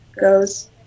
goes